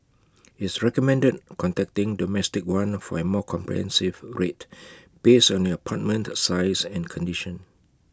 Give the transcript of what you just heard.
it's recommended contacting domestic one for A more comprehensive rate based on your apartment size and condition